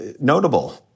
notable